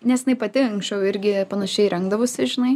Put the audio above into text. nes jinai pati anksčiau irgi panašiai rengdavosi žinai